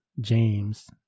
james